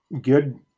good